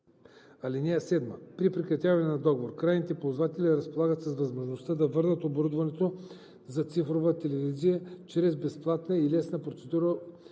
(7) При прекратяване на договор, крайните ползватели разполагат с възможността да върнат оборудването за цифрова телевизия чрез безплатна и лесна процедура,